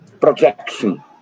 projection